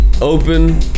open